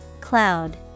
Cloud